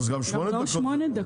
גם שמונה דקות.